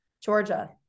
Georgia